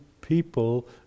people